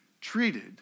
treated